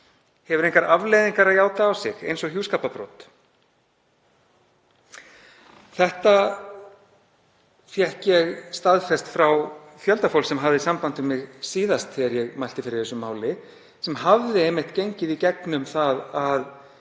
hefur engar afleiðingar að játa á sig, eins og hjúskaparbrot. Það fékk ég staðfest frá fjölda fólks sem hafði samband við mig síðast þegar ég mælti fyrir þessu máli sem hafði einmitt gengið í gegnum það að